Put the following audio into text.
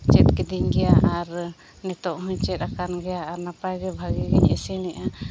ᱪᱮᱫ ᱠᱤᱫᱤᱧ ᱜᱮᱭᱟ ᱟᱨ ᱱᱤᱛᱚᱝ ᱦᱚᱸᱧ ᱪᱮᱫ ᱟᱠᱟᱱ ᱜᱮᱭᱟ ᱟᱨ ᱱᱟᱯᱟᱭ ᱜᱮ ᱵᱷᱟᱹᱜᱤ ᱜᱤᱧ ᱤᱥᱤᱱᱮᱜᱼᱟ